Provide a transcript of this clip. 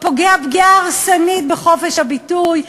פוגע פגיעה הרסנית בחופש הביטוי,